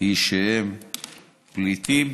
היא שהם פליטים,